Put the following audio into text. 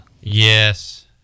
Yes